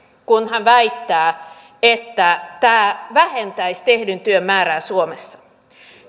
kun hän väittää että tämä vähentäisi tehdyn työn määrää suomessa